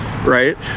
right